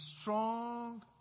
strong